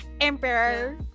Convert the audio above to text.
Emperor